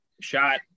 shot